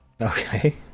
Okay